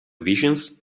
visions